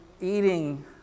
eating